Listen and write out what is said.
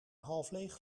halfleeg